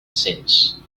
since